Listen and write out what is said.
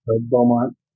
Beaumont